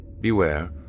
beware